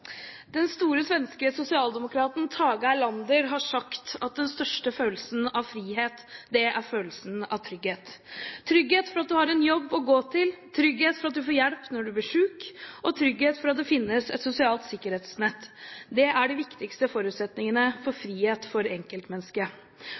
Den store svenske sosialdemokraten Tage Erlander har sagt at den største følelsen av frihet er følelsen av trygghet. Trygghet for at du har en jobb å gå til, trygghet for at du får hjelp når du blir syk, og trygghet for at det finnes et sosialt sikkerhetsnett, er de viktigste forutsetningene for